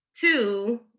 Two